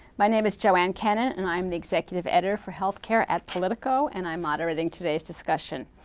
my name is joanne kenen, and i'm the executive editor for health care at politico, and i'm moderating today's discussion.